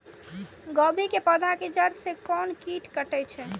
गोभी के पोधा के जड़ से कोन कीट कटे छे?